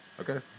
Okay